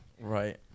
Right